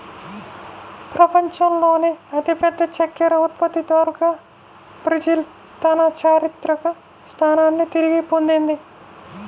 ప్రపంచంలోనే అతిపెద్ద చక్కెర ఉత్పత్తిదారుగా బ్రెజిల్ తన చారిత్రక స్థానాన్ని తిరిగి పొందింది